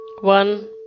one